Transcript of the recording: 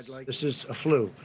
like this is a flu,